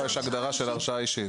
יש הגדרה של הרשאה אישית.